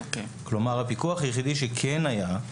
כלומר, הפיקוח היחידי שכן היה,